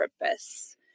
purpose